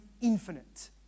infinite